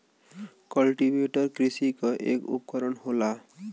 cultivator कृषि क एक उपकरन होला